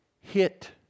hit